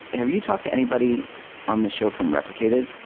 have you talked to anybody on the show from replicated?